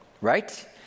right